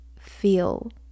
feel